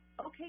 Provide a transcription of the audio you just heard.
Okay